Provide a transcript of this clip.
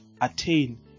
attain